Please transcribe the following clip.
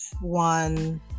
one